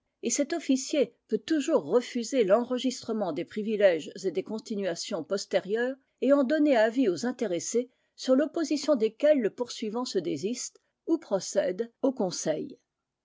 et cet officier peut toujours refuser l'enregistrement des privilèges et des continuations postérieurs et en donner avis aux intéressés sur l'opposition desquels le poursuivant se désiste ou procède au conseil